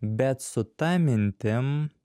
bet su ta mintim